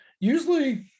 Usually